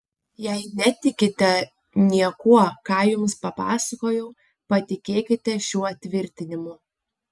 jei netikite niekuo ką jums papasakojau patikėkite šiuo tvirtinimu